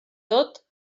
tot